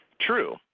True